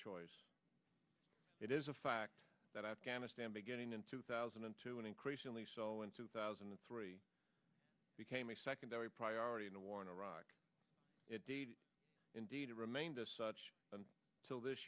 choice it is a fact that afghanistan beginning in two thousand and two and increasingly so in two thousand and three became a secondary priority in the war in iraq if indeed it remained as such and so this